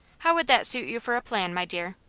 how would that suit you for a plan, my dear?